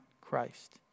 Christ